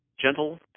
gentle